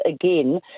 again